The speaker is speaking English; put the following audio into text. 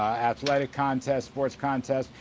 athletic contests, sports contests.